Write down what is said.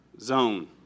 zone